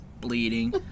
bleeding